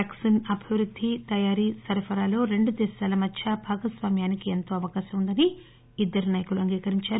vaccine అభివృద్ది తయారీ సరఫరాలో రెండుదేశాల మధ్య భాగస్వామ్యానికి ఎంతో అవకాశం ఉందని ఇద్దరు నాయకులు అంగీకరించారు